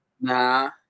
nah